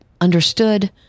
understood